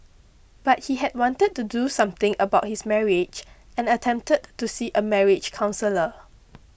but he had wanted to do something about his marriage and attempted to see a marriage counsellor